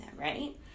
right